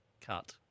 Cut